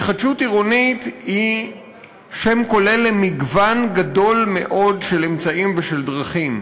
התחדשות עירונית היא שם כולל למגוון גדול מאוד של אמצעים ושל דרכים.